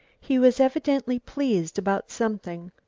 he was evidently pleased about something.